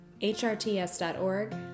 hrts.org